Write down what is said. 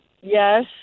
Yes